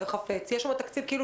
אנחנו חייבים לשלם להם משכורת